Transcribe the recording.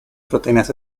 proteínas